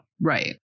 right